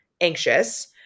anxious